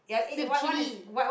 with chili